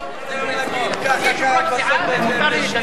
יושב-ראש סיעה ומותר לי לדבר,